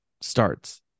starts